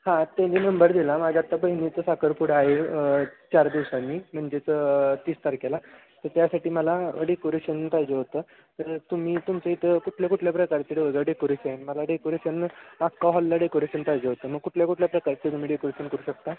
हां त्यांनी नंबर दिला माझ्या आता बहिणीचं साखरपुडा आहे चार दिवसांनी म्हणजेच तीस तारखेला तर त्यासाठी मला डेकोरेशन पाहिजे होतं तर तुम्ही तुमच्या इथं कुठल्या कुठल्या प्रकारचे डेकोरेशन मला डेकोरेशन अख्खा हॉलला डेकोरेशन पाहिजे होतं मग कुठल्या कुठल्या प्रकारचे तुम्ही डेकोरेशन करू शकता